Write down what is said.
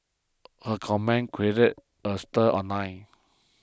her comments created a stir online